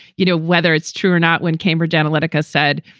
you know, whether it's true or not. when cambridge analytica said,